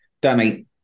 Danny